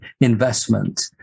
investment